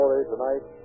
tonight